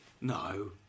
no